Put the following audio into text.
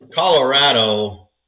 Colorado